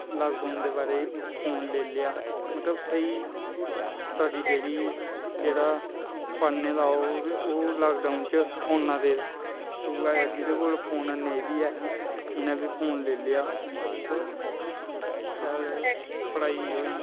lockdown दे बारी phone लेई लेआ मतलब स्हेई स्टडी जेह्ड़ी जेह्ड़ा पढ़ने दा ओह् ओह् लाकडाऊन च फोना दे थ्रू गै हा जेह्दे कोल फोन नेईं बी है नी उ'नें बी फोन लेई लेआ मतलब शैल पढ़ाई होई